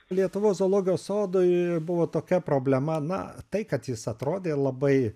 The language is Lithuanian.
lietuvos zoologijos sodui buvo tokia problema na tai kad jis atrodė labai